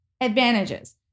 Advantages